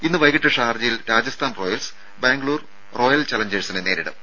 ഇന്ന് വൈകിട്ട് ഷാർജയിൽ രാജസ്ഥാൻ റോയൽസ് ബാംഗ്ലൂർ റോയൽ ചലഞ്ചേഴ്സിനെ നേരിടും